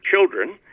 children